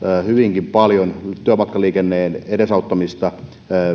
hyvinkin paljon työpaikkaliikenteen edesauttamista